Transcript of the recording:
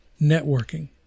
networking